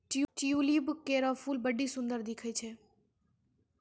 tulip केरो फूल बड्डी सुंदर दिखै छै